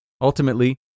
Ultimately